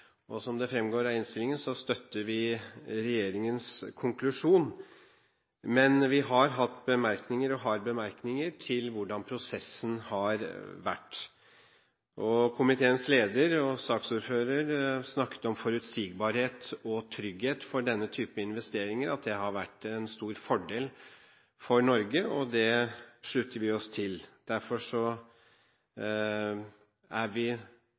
petroleumsvirksomheten. Som det fremgår av innstillingen, støtter vi regjeringens konklusjon, men vi har hatt – og har – bemerkninger til hvordan prosessen har vært. Komiteens leder og saksordfører snakket om forutsigbarhet og trygghet for denne typen investeringer, at det har vært en stor fordel for Norge, og det slutter vi oss til. Vi er derfor ikke så